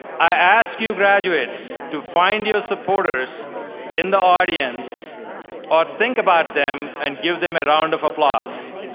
i ask you graduates to find your supporters in the audience or think about them and give them a round of applause.